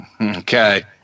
Okay